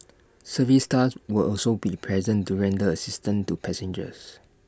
service staff will also be present to render assistance to passengers